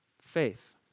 faith